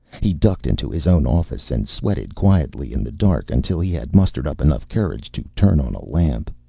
he ducked into his own office and sweated quietly in the dark until he had mustered up enough courage to turn on a lamp.